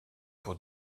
pour